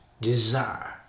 desire